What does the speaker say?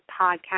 podcast